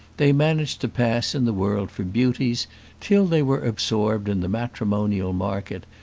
they managed to pass in the world for beauties till they were absorbed in the matrimonial market,